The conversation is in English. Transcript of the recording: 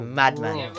madman